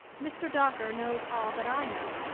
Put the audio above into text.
mr. dawker knows all that i know,